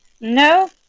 No